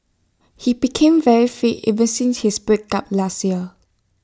he became very fit ever since his breakup last year